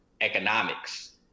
economics